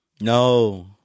No